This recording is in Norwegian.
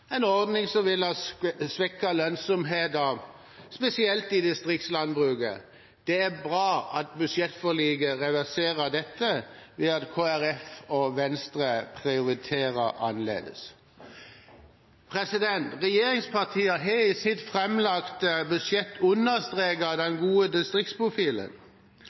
en ordning som ville ha svekket lønnsomheten spesielt i distriktslandbruket. Det er bra at budsjettforliket reverserer dette, ved at Kristelig Folkeparti og Venstre prioriterer annerledes. Regjeringspartiene har i sitt framlagte budsjett understreket den gode distriktsprofilen.